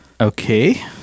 Okay